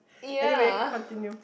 ya